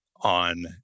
on